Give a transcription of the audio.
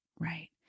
right